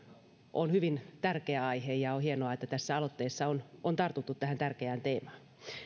on hyvin tärkeä aihe ja on hienoa että tässä aloitteessa on on tartuttu tähän tärkeään teemaan